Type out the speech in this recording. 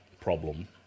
problem